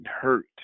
hurt